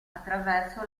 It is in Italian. attraverso